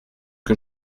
que